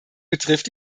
betrifft